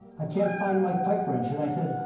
i can't find my pipe wrench. and i said,